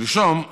שלשום,